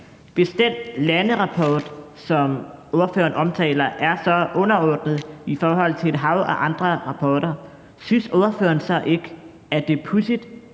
Hvis den landerapport, som ordføreren omtaler, er så underordnet i forhold til et hav af andre rapporter, synes ordføreren så ikke, at det er pudsigt,